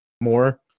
more